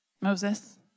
Moses